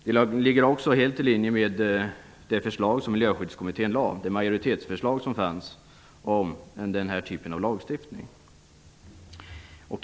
Det ligger också helt i linje med det förslag som Miljöskyddskommittén lagt fram -- dvs. det majoritetsförslag som fanns om den här typen av lagstiftning.